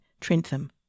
Trentham